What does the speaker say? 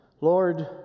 Lord